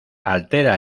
altera